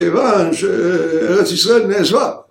‫כיוון שארץ ישראל נעזבה